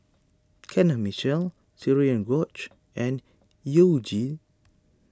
Kenneth Mitchell Cherian George and You Jin